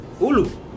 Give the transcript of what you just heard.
ulu